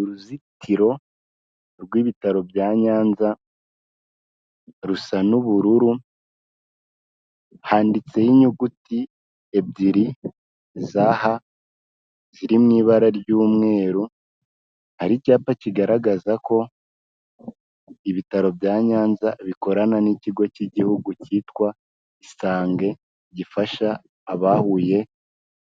Uruzitiro rw'ibitaro bya Nyanza rusa n'ubururu, handitseho inyuguti ebyiri za H H ziri mu ibara ry'umweru, hari icyapa kigaragaza ko ibitaro bya Nyanza bikorana n'ikigo cy'igihugu cyitwa Isange gifasha abahuye